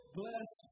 bless